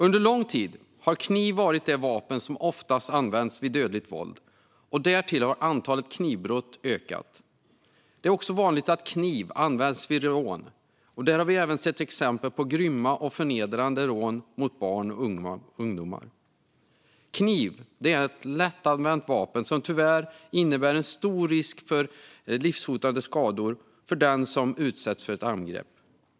Under lång tid har kniv varit det vapen som oftast används vid dödligt våld, och därtill har antalet knivbrott ökat. Det är också vanligt att kniv används vid rån, och där har vi även sett exempel på grymma och förnedrande rån mot barn och ungdomar. Kniv är tyvärr ett lättanvänt vapen som innebär stor risk för livshotande skador för den som utsätts för ett angrepp.